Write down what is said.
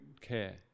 care